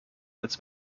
als